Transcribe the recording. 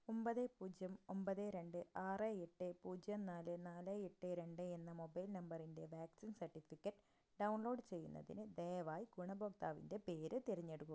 ഒൻപത് പൂജ്യം ഒൻപത് രണ്ട് ആറ് എട്ട് പൂജ്യം നാല് നാല് എട്ട് രണ്ട് എന്ന മൊബൈൽ നമ്പറിൻ്റെ വാക്സിൻ സർട്ടിഫിക്കറ്റ് ഡൗൺലോഡ് ചെയ്യുന്നതിന് ദയവായി ഗുണഭോക്താവിൻ്റെ പേര് തിരഞ്ഞെടുക്കുക